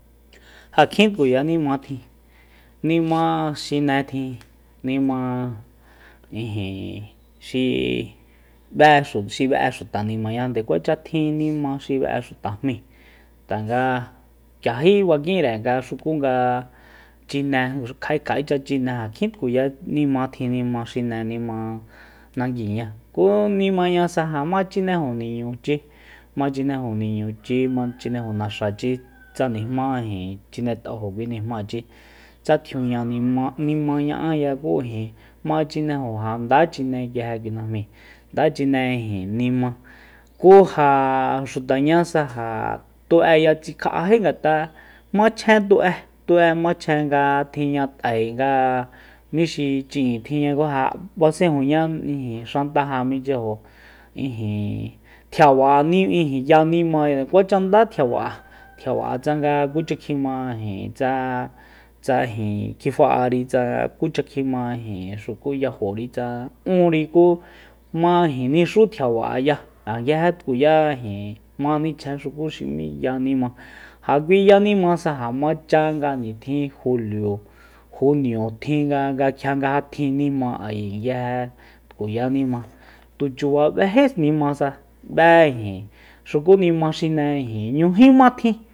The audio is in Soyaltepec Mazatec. Ja kjin tkuya nima tjin nima xine tjin nima xi ijin xi b'e xu xi be'e xuta nimañande nde kuacha tjin nima xuta jmíi tanga k'iají bakinre xukunga chine ja kja'e kja'echa chine ja kjin tkuya nima tjin nima xine nima nanguiña ku nimañasa ja machineju niñuchi machineju niñuchi ma chineju naxachi tsa nijmá ijin chinet'ajo kui nimachi tsa tjiuña nima- nimá ma ña'áya ku ijin ma chinejo ja nda chine nguije kui najmíi nda chine ijin nimá ku ja xutañása ja tu'eya tsikja'ají ngat'a machjen tu'e machjen nga tjinña t'ae nga mixi chi'in tjinña ku ja basenjunñá ijin xan taja minchyajo ijin tjiaba'e mí ijin ya nimaya ndekuacha nda tjiaba'e- tjiaba'e tsanga kucha kjima ijin tsa- tsa ijin kjifa'ari tsa kucha kjima ijin xuku yajori tsa unri ku ma nixú tjiaba'e ya ja nguije tkuya ijin ma nichjen xuku xi m'í ya nima ja kui ya nimasa ja machá nga nitjin julio junio tjin nga- nga kjia nga ja tjin nima ayi nguje tkuya nima tuchuba b'éjí nimasa b'é ijin xuku nima xine n'ñújíma tjin